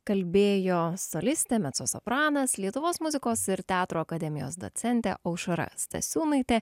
kalbėjo solistė mecosopranas lietuvos muzikos ir teatro akademijos docentė aušra stasiūnaitė